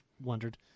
wondered